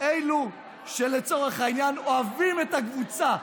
אלו שלצורך העניין אוהבים את הקבוצה.